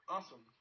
Awesome